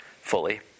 fully